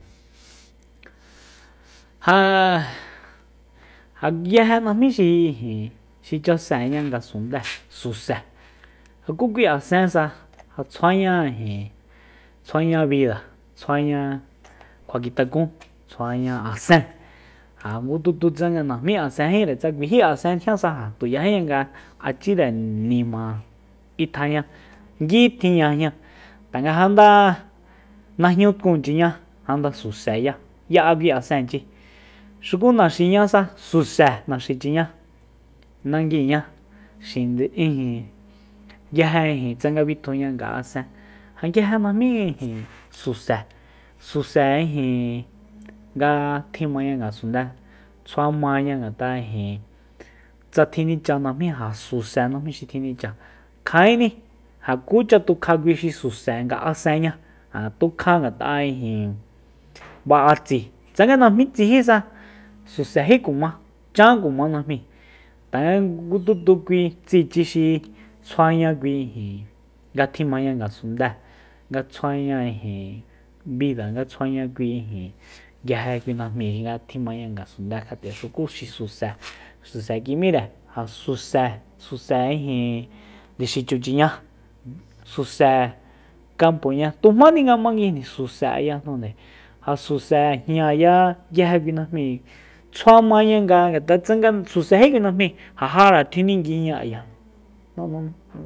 Ja- ja nguije najmí xi ijin xi chaseña ngasundée suse ku kui asensa ja tsjuaña ijin tsjuaña bida tsjuaña kjuakitakun tsjuaña asen ja ngu tutu tsanga najmí asenjíre tsa kuijí asen tjiansa ja tuyajiña nga achira nima itjaña ngui tijñaña tanga janda najñu tkunchiña suseya ya'a kui asenchi xuku naxiñasa suse naxichiña nanguiña xind- ijin nguije tsanga bitjuña nga'asen ja ngije najmí ijin suse suse ijin nga tjimaña ngasundé tsjua maña ngat'a ijin tsa tjinicha najmí ja suse najmi xi tjinicha kjaeni ja kucha tukja kui xi suse nga asenña ja tukja ngat'a ijin ba'a tsi tsanga najmí tsijísa susejí kuma chán kuma najmíi tanga ngu tutu kui tsichi xi tsjuaña ijin nga tjimaña ngasundée nga tsjuaña ijin vida nga tsjuaña kui ijin nguije kui najmi nga tjimaña ngasunde ja xuku xi suse suse kim'íre ja suse- suse ijin ndexichuchiñá suse kampoña tujmáni nga manguijni suse ayajnunde ja suse jñaya nguije kui najmíi tsjua maña nga ngat'a tsanga susejí kui najmi ja jaratjinguiña ayi